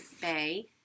Bay